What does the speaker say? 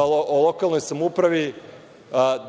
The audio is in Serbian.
o lokalnoj samoupravi